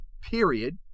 period